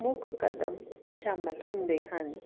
ਮੁੱਖ ਕਦਮ ਸ਼ਾਮਿਲ ਹੁੰਦੇ ਹਨ